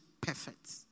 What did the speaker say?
perfect